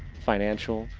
financial,